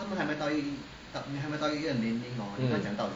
mm